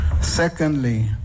Secondly